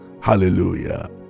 Hallelujah